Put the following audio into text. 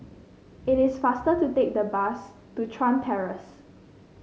it is faster to take the bus to Chuan Terrace